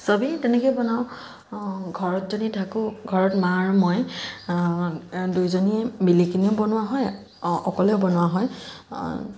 চবেই তেনেকৈ বনাওঁ ঘৰত যদি থাকো ঘৰত মা আৰু মই দুইজনী মিলি কিনিও বনোৱা হয় অকলেও বনোৱা হয়